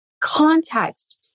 context